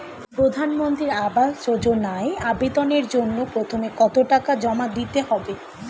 প্রধানমন্ত্রী আবাস যোজনায় আবেদনের জন্য প্রথমে কত টাকা জমা দিতে হবে?